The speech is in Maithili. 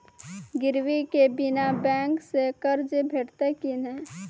गिरवी के बिना बैंक सऽ कर्ज भेटतै की नै?